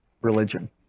religion